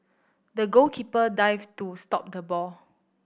the goalkeeper dived to stop the ball